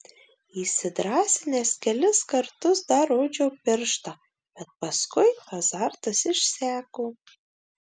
įsidrąsinęs kelis kartus dar rodžiau pirštą bet paskui azartas išseko